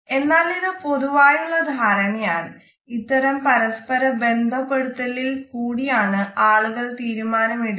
എന്നാൽ ഇത് പൊതുവായുള്ള ധാരണയാണ് ഇത്തരം പരസ്പര ബന്ധപ്പെടുത്തലിൽ കൂടിയാണ് ആളുകൾ തീരുമാനം എടുക്കുന്നത്